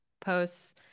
posts